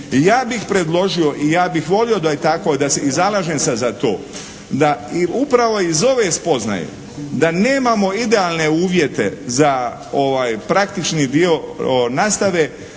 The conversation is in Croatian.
Ja bih predložio i ja bih volio da je tako i zalažem se za to da i upravo iz ove spoznaje da nemamo idealne uvjete za praktični dio nastave